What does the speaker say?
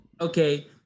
okay